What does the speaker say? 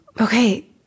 Okay